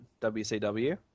WCW